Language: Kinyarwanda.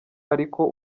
ariko